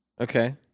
Okay